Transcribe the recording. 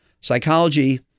Psychology